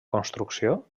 construcció